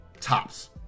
tops